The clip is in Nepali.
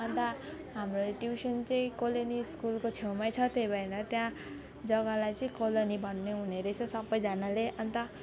अन्त हाम्रो यो ट्युसन चाहिँ कोलोनी स्कुलको छेउमै छ त्यही भएर त्यहाँ जग्गालाई चाहिँ कोलोनी भन्नुहुने रहेछ सबैजनाले अन्त